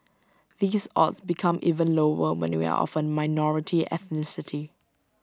these odds become even lower when you are of A minority ethnicity